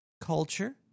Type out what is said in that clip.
culture